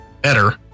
better